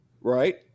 right